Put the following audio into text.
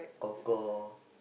kor kor